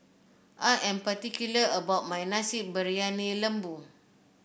I am particular about my Nasi Briyani Lembu